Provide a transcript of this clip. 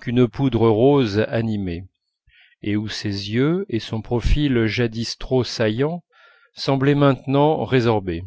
qu'une poudre rose animait et où ses yeux et son profil jadis trop saillants semblaient maintenant résorbés